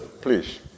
please